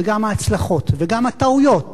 וגם ההצלחות, וגם הטעויות